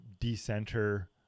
decenter